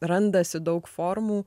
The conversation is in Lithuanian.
randasi daug formų